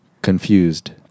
Confused